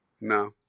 No